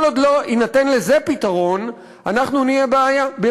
וכל עוד לא יינתן לזה פתרון אנחנו נהיה בבעיה.